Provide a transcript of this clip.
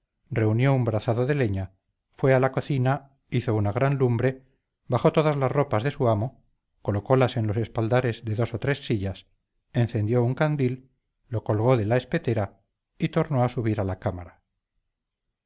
una brazada de leña fue a la cocina hizo una gran lumbre bajó todas las ropas de su amo colocólas en los espaldares de dos o tres sillas encendió un candil lo colgó de la espetera y tornó a subir a la cámara